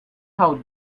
how